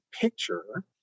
picture